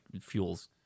fuel's